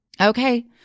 Okay